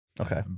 Okay